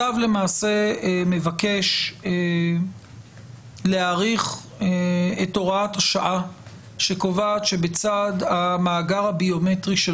הצו למעשה מבקש להאריך את הוראת השעה שקובעת שבצד המאגר הביומטרי של